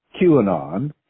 QAnon